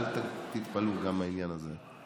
אל תתפלאו גם בעניין הזה.